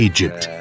Egypt